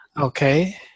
Okay